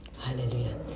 Hallelujah